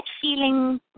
feeling